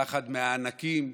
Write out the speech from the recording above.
פחד מהענקים,